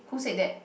who said that